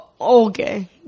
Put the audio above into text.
Okay